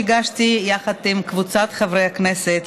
שהגשתי יחד עם קבוצת חברי הכנסת,